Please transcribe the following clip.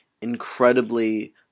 incredibly